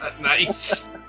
Nice